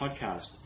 podcast